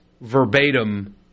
verbatim